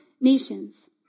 nations